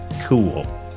Cool